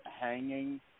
hanging